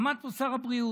עומד פה שר הבריאות